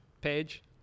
page